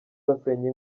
basenya